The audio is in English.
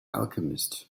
alchemist